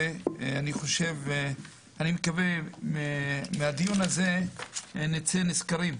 אני מקווה שמהדיון הזה נצא נשכרים,